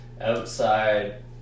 outside